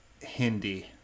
Hindi